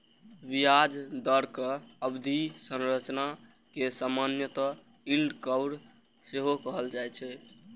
ब्याज दरक अवधि संरचना कें सामान्यतः यील्ड कर्व सेहो कहल जाए छै